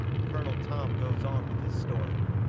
colonel tom goes on with his story